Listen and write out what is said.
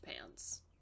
pants